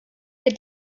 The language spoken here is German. ihr